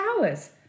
hours